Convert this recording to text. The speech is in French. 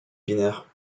binaire